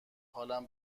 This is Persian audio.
حالم